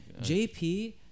JP